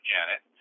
Janet